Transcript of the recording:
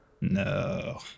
No